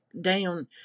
down